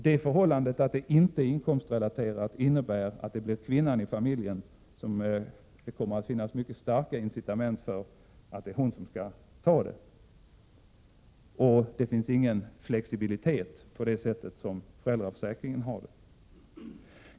Det förhållandet att det inte är inkomstrelaterat innebär att det finns mycket starka incitament för att det blir kvinnan i familjen som får ersättningen. Slutligen finns det ingen flexibilitet, på det sätt som föräldraförsäkringen har.